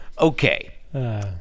Okay